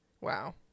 Wow